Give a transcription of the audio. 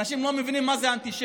אנשים לא מבינים מה זה אנטישמיות,